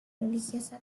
religiosa